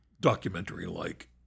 documentary-like